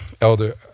Elder